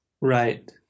Right